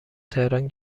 تهران